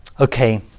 Okay